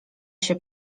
się